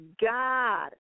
God